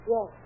Yes